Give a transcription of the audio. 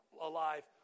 alive